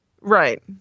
Right